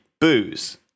booze